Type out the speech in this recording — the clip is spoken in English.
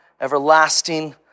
everlasting